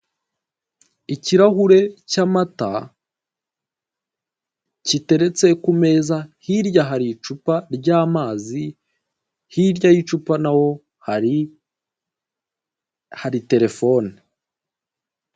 Ikirahure cy'amata giteretse ku meza. Hirya hari icupa ry'amazi, hirya y' icupa na ho hari terefone.